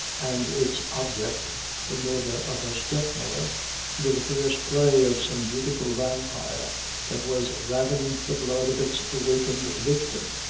and its object the murder of her step-mother into the fierce play of some beautiful vampire that was ravening for the blood of its awakened victim.